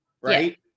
right